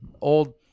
old